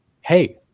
hey